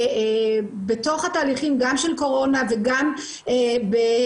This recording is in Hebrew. בתוך התהליכים גם של קורונה וגם במיעוט